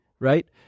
right